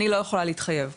אני לא יכולה להתחייב כן?